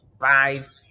five